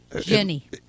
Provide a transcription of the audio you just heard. Jenny